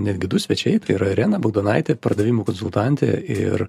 netgi du svečiai tai yra irena bagdonaitė pardavimų konsultantė ir